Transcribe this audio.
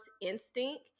instinct